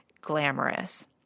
glamorous